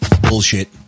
Bullshit